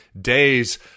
days